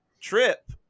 trip